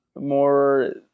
More